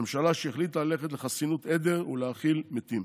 הממשלה החליטה ללכת לחסינות עדר ולהכיל מתים.